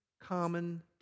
common